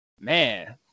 man